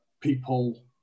people